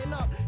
up